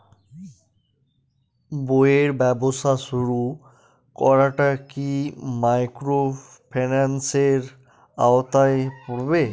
বইয়ের ব্যবসা শুরু করাটা কি মাইক্রোফিন্যান্সের আওতায় পড়বে?